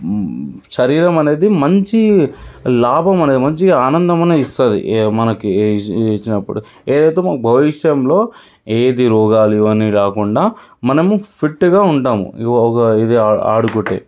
శరీరం అనేది మంచి లాభం అనే మంచి ఆనందం అని ఇస్తుంది మనకి ఇచ్చినప్పుడు ఏది అయితే మన భవిష్యత్తులో ఏది రోగాలు ఇవన్నీ రాకుండా మనము ఫిట్గా ఉంటాము ఆడుకుంటే